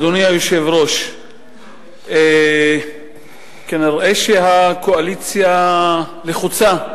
אדוני היושב-ראש, כנראה הקואליציה לחוצה.